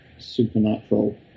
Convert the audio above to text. supernatural